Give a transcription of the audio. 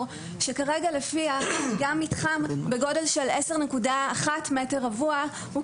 שכרגע לפיה גם מתחם בגודל של 10.1 מטר רבוע או